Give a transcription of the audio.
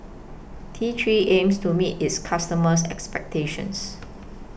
T three aims to meet its customers' expectations